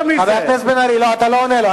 חבר הכנסת בן-ארי, אתה לא עונה לו.